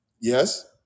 Yes